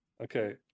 Okay